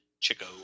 Chico